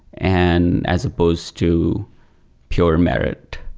and as supposed to pure merit.